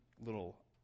little